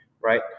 right